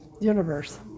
Universe